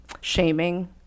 shaming